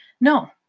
No